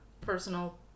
personal